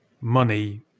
money